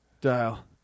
Dial